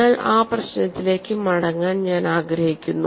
നിങ്ങൾ ആ പ്രശ്നത്തിലേക്ക് മടങ്ങാൻ ഞാൻ ആഗ്രഹിക്കുന്നു